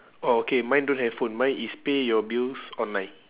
oh okay mine don't have phone mine is pay your bills online